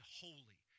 holy